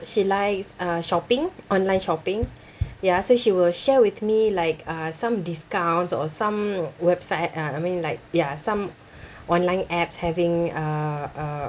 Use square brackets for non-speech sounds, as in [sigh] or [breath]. she likes uh shopping online shopping ya so she will share with me like uh some discounts or some website uh I mean like ya some [breath] online apps having uh uh